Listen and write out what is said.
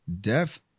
death